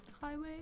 Highway